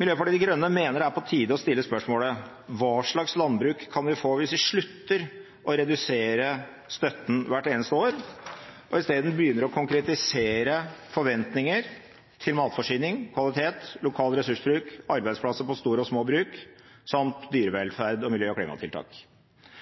Miljøpartiet De Grønne mener det er på tide å stille spørsmålet: Hva slags landbruk kan vi få hvis vi slutter å redusere støtten hvert eneste år, og i stedet begynner å konkretisere forventninger til matforsyning, kvalitet, lokal ressursbruk, arbeidsplasser på store og små bruk samt dyrevelferd og miljø- og klimatiltak?